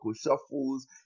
shuffles